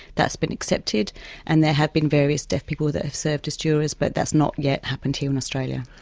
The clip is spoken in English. that's been accepted and there have been various deaf people that have served as jurors. but that's not yet happened here in australia.